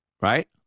right